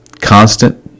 constant